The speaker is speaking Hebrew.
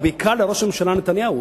ובעיקר לראש הממשלה נתניהו,